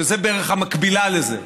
שזה בערך המקבילה לזה,